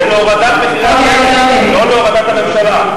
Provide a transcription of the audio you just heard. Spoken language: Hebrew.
זה להורדת מחירי הדלק, לא להורדת הממשלה.